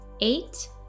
eight